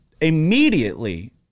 Immediately